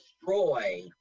destroy